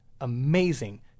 amazing